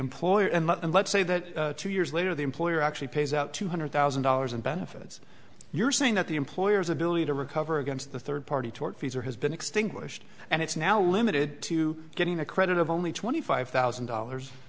employer and let's say that two years later the employer actually pays out two hundred thousand dollars in benefits you're saying that the employer's ability to recover against the third party towards her has been extinguished and it's now limited to getting a credit of only twenty five thousand dollars